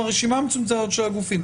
הרשימה המצומצמת של הגופים,